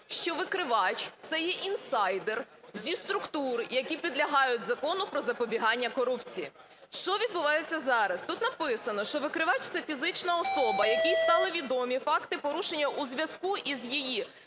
що викривач - це є інсайдер зі структур, які підлягають Закону "Про запобігання корупції". Що відбувається зараз. Тут написано, що "викривач - це фізична особа, якій стали відомі факти порушення у зв'язку із її